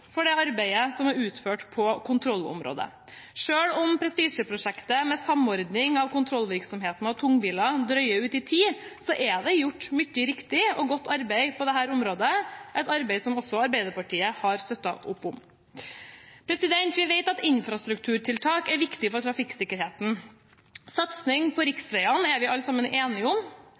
for det arbeidet som er utført på kontrollområdet. Selv om prestisjeprosjektet med samordning av kontrollvirksomheten av tungbiler drøyer ut i tid, er det gjort mye riktig og godt arbeid på dette området – et arbeid som også Arbeiderpartiet har støttet opp om. Vi vet at infrastrukturtiltak er viktig for trafikksikkerheten. Satsing på riksvegene er vi alle sammen enige om.